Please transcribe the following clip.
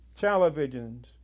televisions